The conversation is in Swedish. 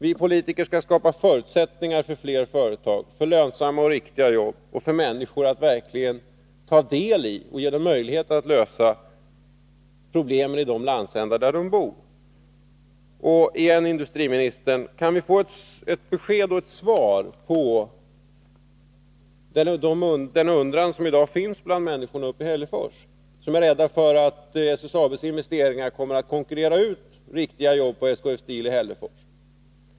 Vi politiker skall skapa förutsättningar för flera företag, för lönsamma och riktiga jobb och för människor att verkligen ta del i och få möjlighet att lösa problemen i de landsändar där de bor. Jag vill be industriministern igen: Kan vi få ett besked när det gäller den undran som i dag finns bland människorna uppe i Hällefors, som är rädda för att SSAB:s investeringar kommer att konkurrera ut riktiga jobb på SKF Steel i Hällefors?